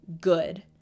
good